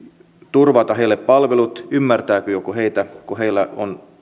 turvata heille palvelut ymmärtääkö joku heitä kun heillä on